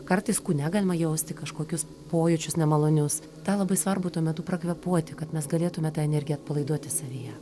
kartais kūne galima jausti kažkokius pojūčius nemalonius tą labai svarbu tuo metu prakvėpuoti kad mes galėtume tą energiją atpalaiduoti savyje